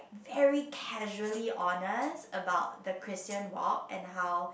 very casually honest about the Christian work and how